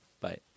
Bye